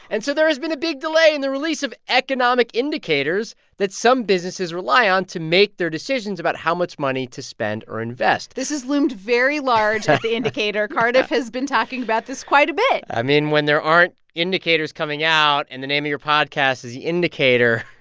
and so there has been a big delay in the release of economic indicators that some businesses rely on to make their decisions about how much money to spend or invest this has loomed very large at the indicator. cardiff has been talking about this quite a bit i mean, when there aren't indicators coming out and the name of your podcast is the indicator.